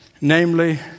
Namely